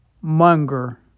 Munger